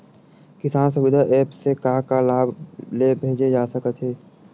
किसान सुविधा एप्प से का का लाभ ले जा सकत हे?